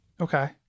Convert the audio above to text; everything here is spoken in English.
Okay